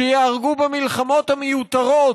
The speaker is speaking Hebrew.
שייהרגו במלחמות המיותרות,